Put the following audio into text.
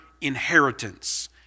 inheritance